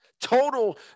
Total